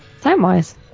Time-wise